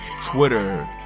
Twitter